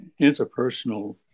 interpersonal